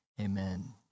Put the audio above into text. Amen